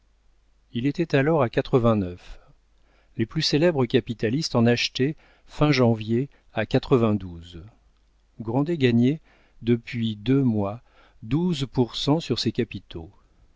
ils étaient alors à les plus célèbres capitalistes en achetaient fin janvier à grand et gagnait depuis deux mois douze pour cent sur ses capitaux